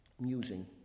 musing